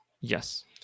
yes